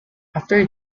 after